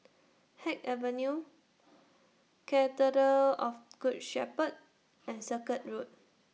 Haig Avenue Cathedral of Good Shepherd and Circuit Road